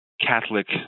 Catholic